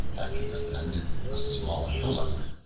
as he ascended a small hillock,